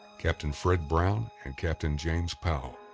captain fred brown, and captain james powell.